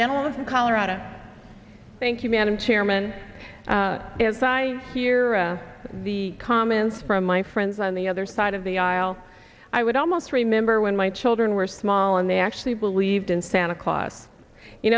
gentlemen from colorado thank you madam chairman as i hear the comments from my friends on the other side of the aisle i would almost remember when my children were small and they actually believed in santa claus you